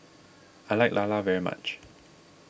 I like Lala very much